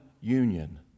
union